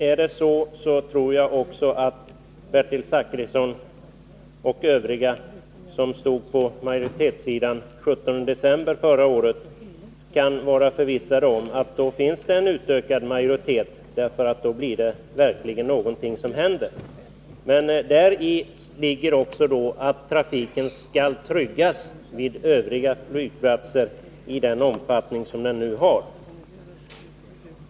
Är det så, tror jag att Bertil Zachrisson och övriga i majoriteten av den 17 december förra året också kan vara förvissade om att det finns en utökad majoritet — då händer det verkligen någonting. Men i det beslutet låg också att trafiken vid övriga flygplatser skulle tryggas i den omfattning som den nu har.